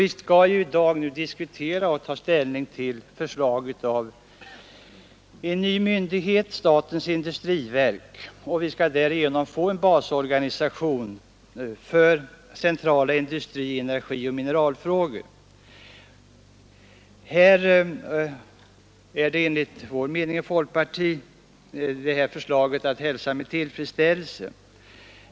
Vi skall ju i dag diskutera och ta ställning till inrättandet av en ny myndighet, statens industriverk, som skulle bli en basorganisation för centrala industri-, energioch mineralfrågor. Enligt folkpartiets mening är detta förslag att hälsa med tillfredsställelse.